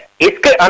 it was